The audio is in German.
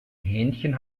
händchen